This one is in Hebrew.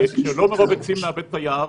שלא מרוב עצים נאבד את היער,